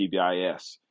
PBIS